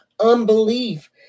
unbelief